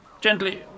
Gently